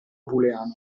booleano